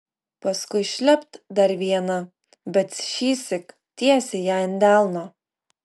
paskui šlept dar viena bet šįsyk tiesiai jai ant delno